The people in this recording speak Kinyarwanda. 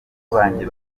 banjye